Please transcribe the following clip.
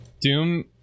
Doom